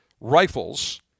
rifles